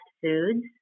foods